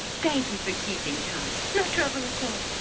thank you for keeping tom. no trouble at all.